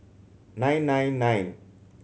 nine nine nine